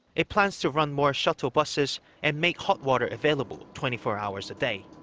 it plans to run more shuttle buses and make hot water available twenty four hours a day.